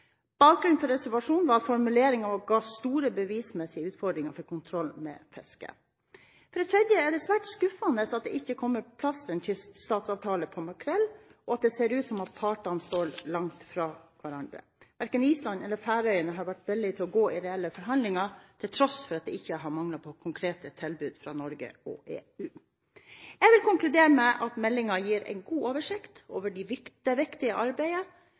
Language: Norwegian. Bakgrunnen for reservasjonen var at formuleringen ga store bevismessige utfordringer for kontroll med fisket. For det tredje er det svært skuffende at det ikke er kommet på plass en kyststatsavtale for makrell, og det ser ut til at partene står langt fra hverandre. Verken Island eller Færøyene har vært villig til å gå i reelle forhandlinger, til tross for at det ikke har manglet på konkrete tilbud fra Norge og EU. Jeg vil konkludere med at denne meldingen gir en god oversikt over det viktige arbeidet